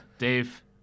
Dave